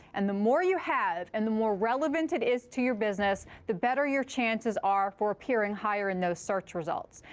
and the more you have and the more relevant it is to your business, the better your chances are for appearing higher in those search results.